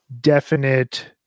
definite